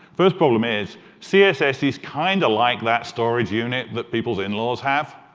first problem is css is kind of like that storage unit that people's in-laws have.